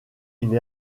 une